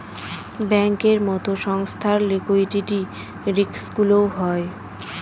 ব্যাঙ্কের মতো সংস্থার লিকুইডিটি রিস্কগুলোও হয়